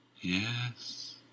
Yes